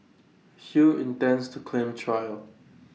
Hui intends to claim trial